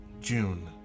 June